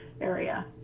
area